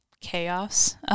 chaos